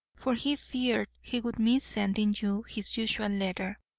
for he feared he would miss sending you his usual letter.